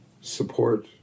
support